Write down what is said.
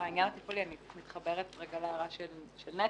אני מתחברת להערה של נטע.